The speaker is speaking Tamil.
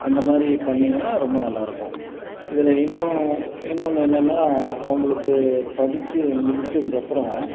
அந்த மாதிரி பண்ணீங்கன்னா ரொம்ப நல்லா இருக்கும் இதில் இன்னும் இன்னொன்று என்னான்னா அவங்களுக்கு படிச்சு முடிச்சதுக்கு அப்புறம்